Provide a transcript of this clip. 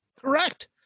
Correct